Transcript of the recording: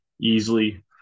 easily